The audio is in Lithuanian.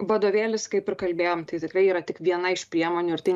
vadovėlis kaip ir kalbėjom tai tikrai yra tik viena iš priemonių ir tai